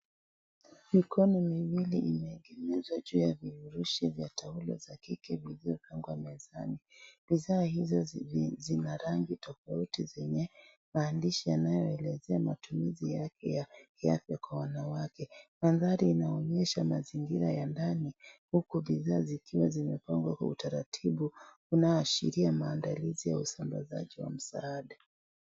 Mikono miwili imeegemezwa juu ya vifurushi vya taulo za kike vilivyopangwa mezani. Bidhaa hizo zina rangi tofauti zenye maandishi yanayoelezea matumizi yake ya kiafya kwa wanawake. Mandhari inaonyesha mazingira ya ndani huku bidhaa zikiwa zimepangwa kwa utaratibu. Unaashiria maandalizi ya usambazaji wa msaada.